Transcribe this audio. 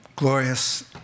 Glorious